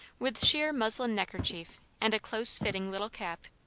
with sheer muslin neckerchief and a close-fitting little cap,